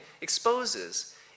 exposes